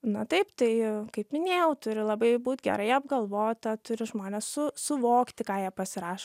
na taip tai kaip minėjau turi labai būti gerai apgalvota turi žmonės su suvokti ką jie pasirašo kaip